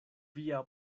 via